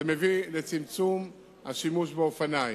זה מביא לצמצום השימוש באופניים.